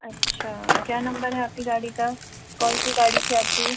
अच्छा क्या नंबर है आपकी गाड़ी का कौन सी गाड़ी थी आपकी